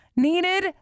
Needed